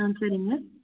ஆ சரிங்க